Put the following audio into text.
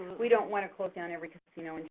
we don't wanna close down every casino and